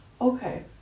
Okay